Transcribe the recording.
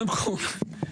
קודם כל,